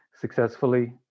successfully